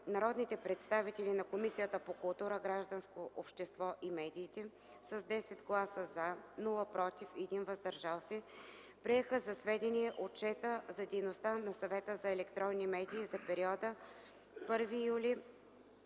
народните представители от Комисията по културата, гражданското общество и медиите с 10 гласа „за”, без „против” и 1 „въздържал се” приеха за сведение Отчета за дейността на Съвета за електронни медии за периода 1 юли